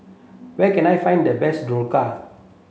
where can I find the best Dhokla